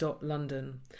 London